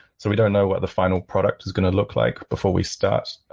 so we don't know what the final product is going to look like before we start.